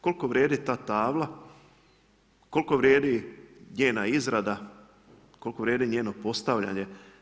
Koliko vrijedi ta tabla, koliko vrijedi njena izrada, koliko vrijedi njeno postavljanje?